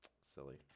Silly